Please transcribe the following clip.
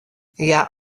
hja